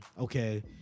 okay